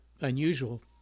unusual